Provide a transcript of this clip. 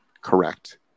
Correct